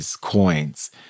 coins